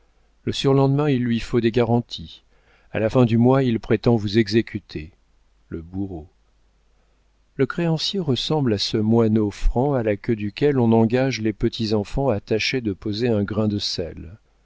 le surlendemain il lui faut des garanties à la fin du mois il prétend vous exécuter le bourreau le créancier ressemble à ce moineau franc à la queue duquel on engage les petits enfants à tâcher de poser un grain de sel